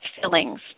fillings